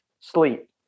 sleep